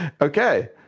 Okay